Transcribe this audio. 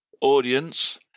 audience